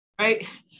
right